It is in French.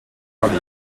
quatre